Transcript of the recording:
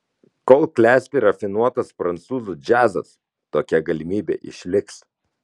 kol klesti rafinuotas prancūzų džiazas tokia galimybė išliks